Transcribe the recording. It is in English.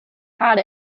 had